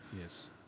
Yes